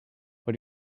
but